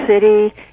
City